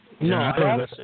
No